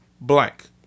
blank